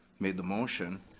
made the motion,